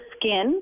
skin